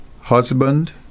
husband